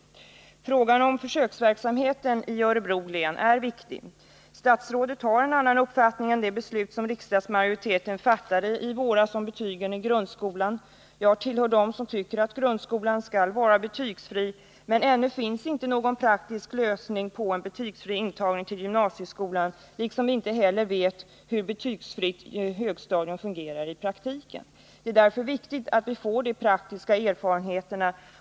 Frågan om försöksverksamheten i Örebro län är viktig. Statsrådet har en annan uppfattning om betygen i grundskolan än den som låg till grund för det" beslut som riksdagsmajoriteten fattade i våras. Jag hör till dem som tycker att grundskolan skall vara betygsfri, men ännu finns det inte någon praktisk lösning på problemet med en betygsfri intagning till gymnasieskolan. Inte heller vet vi hur ett betygsfritt högstadium fungerar i praktiken. Det är därför viktigt att vi får de praktiska erfarenheterna.